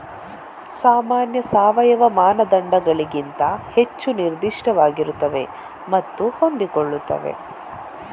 ಸಾಮಾನ್ಯ ಸಾವಯವ ಮಾನದಂಡಗಳಿಗಿಂತ ಹೆಚ್ಚು ನಿರ್ದಿಷ್ಟವಾಗಿರುತ್ತವೆ ಮತ್ತು ಹೊಂದಿಕೊಳ್ಳುತ್ತವೆ